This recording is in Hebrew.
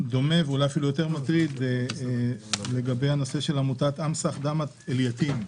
עוד דבר שמטריד אותי הוא עמותת "אימסח' דמעת אליתים".